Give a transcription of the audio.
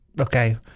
Okay